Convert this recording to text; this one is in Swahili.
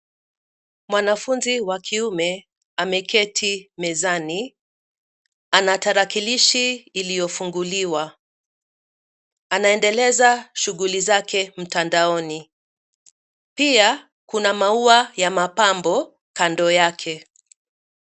Mwanafunzi wa kiume ameketi mezani , ana tarakilishi iliyofunguliwa . Anaendeleza shughuli zake mtandaoni . Pia, kuna maua ya mapambo kando yake.